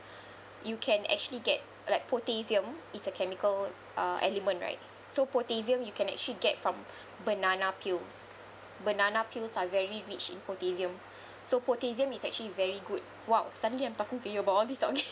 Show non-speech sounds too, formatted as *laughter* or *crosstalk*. you can actually get like potassium is a chemical uh element right so potassium you can actually get from banana peels banana peels are very rich in potassium so potassium is actually very good !wow! suddenly I'm talking to you about all this *laughs*